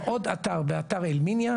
ועוד אתר באתר אל-מיניה,